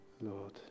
Lord